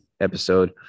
episode